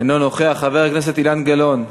אינו נוכח, חבר הכנסת אילן גילאון,